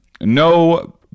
no